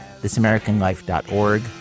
thisamericanlife.org